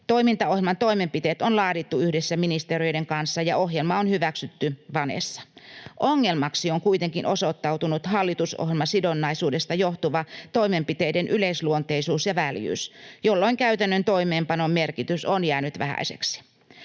Toimintaohjelman toimenpiteet on laadittu yhdessä ministeriöiden kanssa, ja ohjelma on hyväksytty VANEssa. Ongelmaksi on kuitenkin osoittautunut hallitusohjelmasidonnaisuudesta johtuva toimenpiteiden yleisluonteisuus ja väljyys, jolloin käytännön toimeenpanon merkitys on jäänyt vähäiseksi.